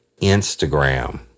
Instagram